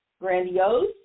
grandiose